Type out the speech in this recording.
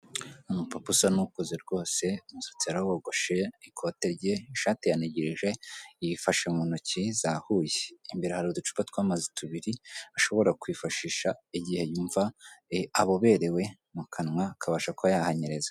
Umupapa usa n'ukuze rwose, umusatsi yarawogoshe, ikote rye, ishati yanigirije, yifashe mu ntoki zahuye, imbere hari uducupa tw'amazi tubiri, ashobora kwifashisha igihe yumva aboberewe mu kanwa, akabasha kuba yahanyereza.